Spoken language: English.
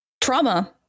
trauma